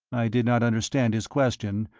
i did not understand his question,